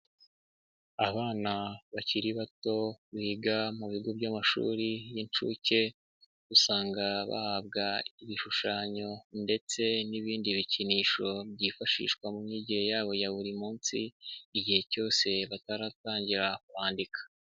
Abana bakiri bato biga mu bigo by'amashuri y'incuke, usanga bahabwa ibishushanyo ndetse n'ibindi bikinisho byifashishwa mu myigire yabo ya buri munsi, igihe cyose bataratangira kwandika.